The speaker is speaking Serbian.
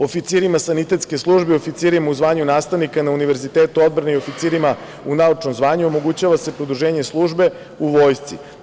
Oficirima sanitetske službe, oficirima u zvanju nastavnika na Univerzitetu odbrane i oficirima u naučnom zvanju omogućava se produženje službe u Vojsci.